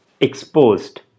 exposed